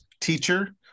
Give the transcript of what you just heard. teacher